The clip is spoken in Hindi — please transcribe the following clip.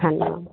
हाँ